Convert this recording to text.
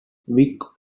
vic